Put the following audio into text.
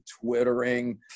twittering